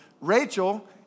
Rachel